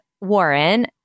Warren